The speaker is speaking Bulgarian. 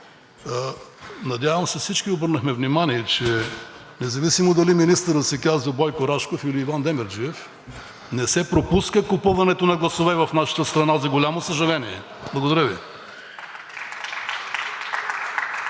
надявам се, че всички обърнахме внимание, че независимо дали министърът се казва Бойко Рашков или Иван Демерджиев, не се пропуска купуването на гласове в нашата страна, за голямо съжаление. Благодаря Ви.